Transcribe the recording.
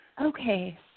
okay